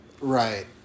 right